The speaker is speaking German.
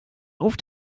auf